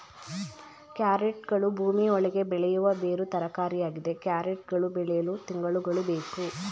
ಕ್ಯಾರೆಟ್ಗಳು ಭೂಮಿ ಒಳಗೆ ಬೆಳೆಯುವ ಬೇರು ತರಕಾರಿಯಾಗಿದೆ ಕ್ಯಾರೆಟ್ ಗಳು ಬೆಳೆಯಲು ತಿಂಗಳುಗಳು ಬೇಕು